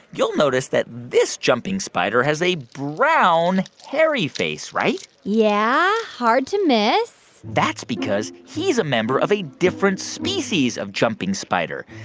you'll notice that this jumping spider has a brown, hairy face, right? yeah, hard to miss that's because he's a member of a different species of jumping spider.